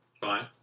Fine